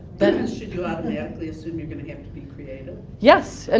but and should you automatically assume you're going to have to be creative? yes. and